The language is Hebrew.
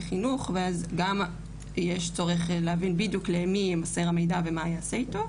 חינוך ואז גם יש צורך להבין בדיוק למי ימסר המידע ומה יעשה איתו,